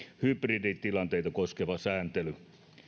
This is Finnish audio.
hybriditilanteita koskeva sääntely